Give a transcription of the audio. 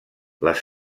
les